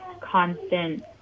constant